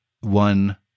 one